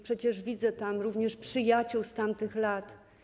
Przecież widzę tam również przyjaciół z tamtych lat.